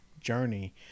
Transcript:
Journey